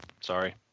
Sorry